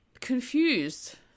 confused